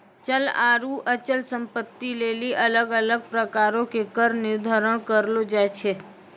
चल आरु अचल संपत्ति लेली अलग अलग प्रकारो के कर निर्धारण करलो जाय छै